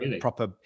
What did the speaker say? proper